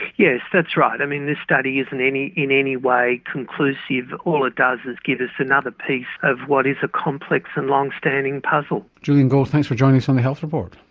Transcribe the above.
yes, that's right. i mean, this study isn't in any way conclusive, all it does is give us another piece of what is a complex and long-standing puzzle. julian gold, thanks for joining us on the health report.